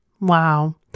Wow